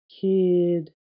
kid